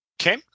Okay